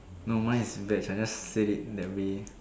no mine is veg I just said it that way